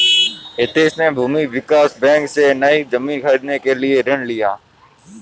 हितेश ने भूमि विकास बैंक से, नई जमीन खरीदने के लिए ऋण लिया